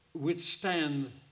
withstand